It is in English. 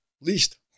least